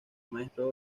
maestro